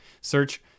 Search